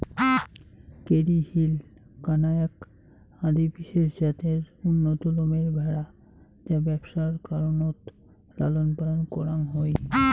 Kerry Hill, কানায়াক আদি বিশেষ জাতের উন্নত লোমের ভ্যাড়া যা ব্যবসার কারণত লালনপালন করাং হই